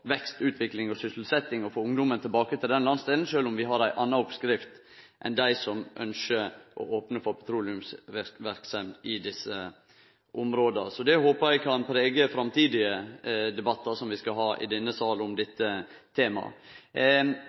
vekst, utvikling og sysselsetting og av å få ungdomen tilbake til den landsdelen, sjølv om vi har ei anna oppskrift enn dei som ynskjer å opne for petroleumsverksemd i desse områda. Så det håpar eg kan prege framtidige debattar som vi skal ha i denne salen om dette